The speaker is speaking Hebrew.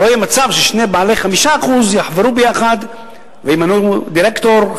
שלא יהיה מצב ששני בעלי 5% יחברו ביחד וימנו דירקטור,